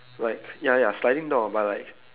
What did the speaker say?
like ya ya sliding door but like